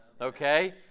Okay